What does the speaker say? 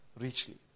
richly